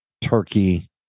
turkey